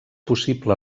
possible